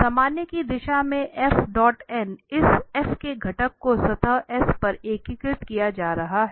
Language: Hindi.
सामान्य की दिशा में इस के घटक को सतह S पर एकीकृत किया जा रहा है